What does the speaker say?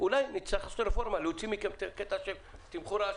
אולי נצטרך לעשות רפורמה ולהוציא מכם את הקטע של תמחור האשראי.